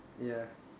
ya